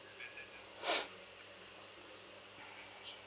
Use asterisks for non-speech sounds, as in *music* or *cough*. *breath*